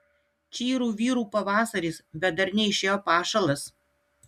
čyru vyru pavasaris bet dar neišėjo pašalas